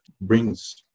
brings